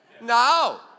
No